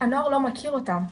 הנוער לא מכיר אותם,